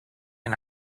and